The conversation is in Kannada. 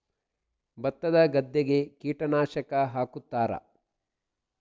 ಭತ್ತದ ಗದ್ದೆಗೆ ಕೀಟನಾಶಕ ಹಾಕುತ್ತಾರಾ?